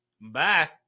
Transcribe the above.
Bye